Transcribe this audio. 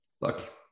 look